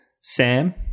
Sam